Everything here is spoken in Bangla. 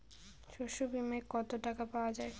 শস্য বিমায় কত টাকা পাওয়া যায়?